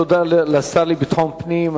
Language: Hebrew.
תודה לשר לביטחון פנים,